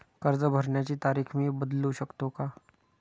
कर्ज भरण्याची तारीख मी बदलू शकतो का?